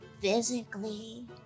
physically